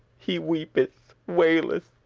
he weepeth, waileth,